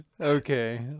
Okay